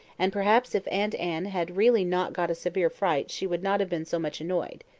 and perhaps if aunt anne had really not got a severe fright she would not have been so much annoyed.